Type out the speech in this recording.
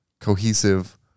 Cohesive